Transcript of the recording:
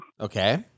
Okay